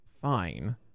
Fine